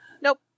Nope